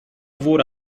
wurde